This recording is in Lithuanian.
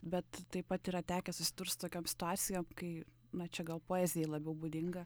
bet taip pat yra tekę susidurt su tokiom situacijom kai na čia gal poezijai labiau būdinga